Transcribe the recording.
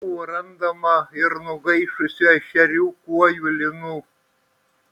buvo randama ir nugaišusių ešerių kuojų lynų